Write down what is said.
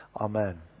Amen